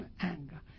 anger